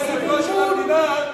יותר טוב עם כסף לא של המדינה מאשר,